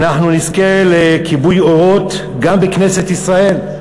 אנחנו נזכה לכיבוי אורות גם בכנסת ישראל.